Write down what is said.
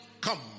come